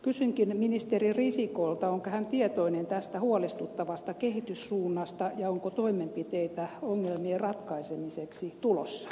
kysynkin ministeri risikolta onko hän tietoinen tästä huolestuttavasta kehityssuunnasta ja onko toimenpiteitä ongelmien ratkaisemiseksi tulossa